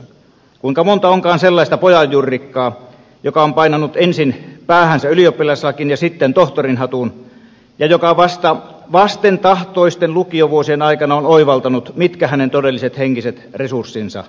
kuinka monta onkaan sellaista pojanjurrikkaa joka on painanut ensin päähänsä ylioppilaslakin ja sitten tohtorinhatun ja joka vasta vastentahtoisten lukiovuosien aikana on oivaltanut mitkä hänen todelliset henkiset resurssinsa ovat